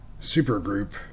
supergroup